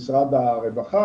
למשרד הרווחה,